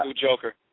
joker